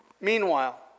Meanwhile